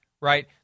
right